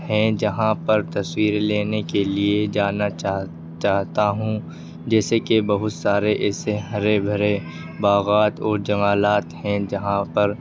ہیں جہاں پر تصویریں لینے کے لیے جانا چاہتا ہوں جیسے کہ بہت سارے ایسے ہرے بھرے باغات اور جنگلات ہیں جہاں پر